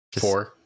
Four